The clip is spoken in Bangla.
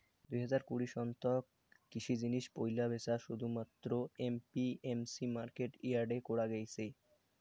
দুই হাজার কুড়ি সন তক কৃষি জিনিস পৈলা ব্যাচা শুধুমাত্র এ.পি.এম.সি মার্কেট ইয়ার্ডে করা গেইছে